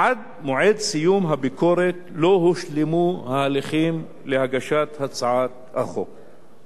עד מועד סיום הביקורת לא הושלמו ההליכים להגשת הצעת החוק".